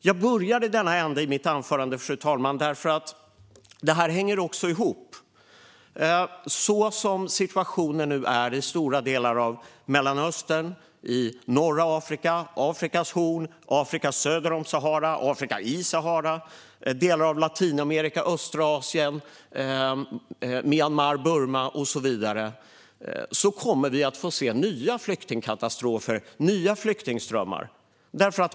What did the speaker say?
Jag börjar mitt anförande i denna ände, fru talman, för detta hänger ihop. Så som situationen nu är i stora delar av Mellanöstern, i norra Afrika, på Afrikas horn, i Afrika söder om Sahara och i Sahara, i delar av Latinamerika och östra Asien, i Myanmar/Burma och så vidare kommer vi att få se nya flyktingkatastrofer och nya flyktingströmmar.